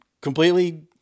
completely